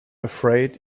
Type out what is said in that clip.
afraid